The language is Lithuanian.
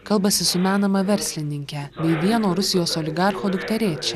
kalbasi su menama verslininke bei vieno rusijos oligarcho dukterėčia